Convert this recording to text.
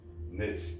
niche